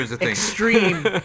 extreme